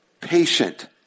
patient